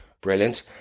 Brilliant